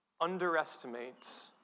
underestimates